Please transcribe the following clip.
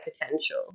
potential